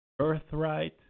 earthright